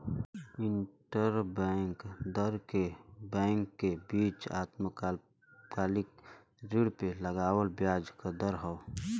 interbank दर bank के बीच अल्पकालिक ऋण पे लगावल ब्याज क दर हौ